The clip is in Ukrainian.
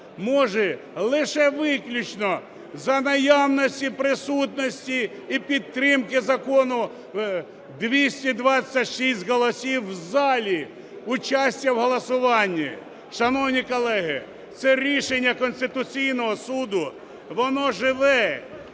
може лише виключно за наявності, присутності і підтримки закону 226 голосів в залі участі у голосуванні. Шановні колеги, це рішення Конституційного суду, воно живе